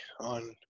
on